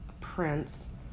Prince